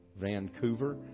Vancouver